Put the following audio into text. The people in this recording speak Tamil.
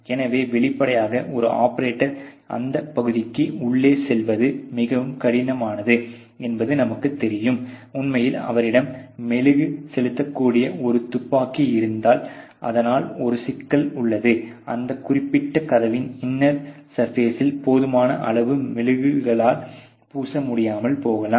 எனவே வெளிப்படையாக ஒரு ஆபரேட்டர் இந்த பகுதிக்கு உள்ளே செல்வது மிகவும் கடினமானது என்பது நமக்கு தெரியும் உண்மையில் அவரிடம் மெழுகு செலுத்தக்கூடிய ஒரு துப்பாக்கி இருந்தால் ஆனால் ஒரு சிக்கல் உள்ளது இந்த குறிப்பிட்ட கதவின் இன்னர் சர்பேசில் போதுமான அளவு மெழுகுகால் பூச முடியாமல் போகலாம்